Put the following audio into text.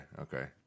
Okay